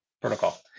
protocol